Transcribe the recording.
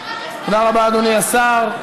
תודה רבה, אדוני השר.